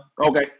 Okay